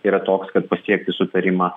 yra toks kad pasiekti sutarimą